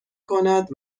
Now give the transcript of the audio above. کند